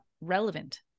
relevant